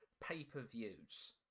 pay-per-views